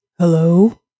Hello